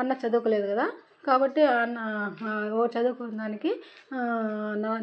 అన్న చదువుకోలేదు కదా కాబట్టి అన్న వాడు చదువుకోని దానికి